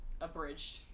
abridged